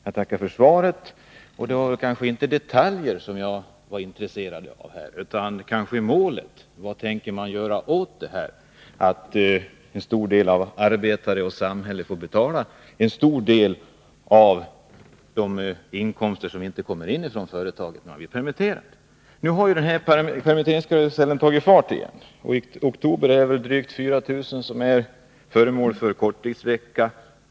Herr talman! Jag tackar för svaret. Det var kanske inte detaljer som jag var intresserad av, utan mera målet. Vad tänker regeringen göra åt det förhållandet att arbetarna och samhället får betala en stor del av det inkomstbortfall som uppstår genom att lön inte kommer in från företagen när de anställda blir permitterade? Permitteringskarusellen har nu tagit fart igen. I oktober arbetade drygt 4000 korttidsvecka.